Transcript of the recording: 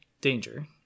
danger